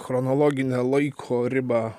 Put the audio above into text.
chronologinę laiko ribą